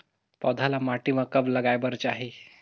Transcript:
पौधा ल माटी म कब लगाए बर चाही?